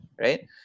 right